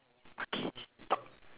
okay